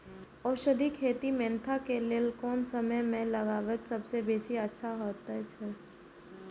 औषधि खेती मेंथा के लेल कोन समय में लगवाक सबसँ बेसी अच्छा होयत अछि?